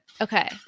Okay